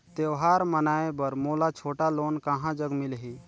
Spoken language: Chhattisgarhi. त्योहार मनाए बर मोला छोटा लोन कहां जग मिलही?